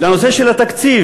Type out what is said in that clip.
גם לנושא של התקציב.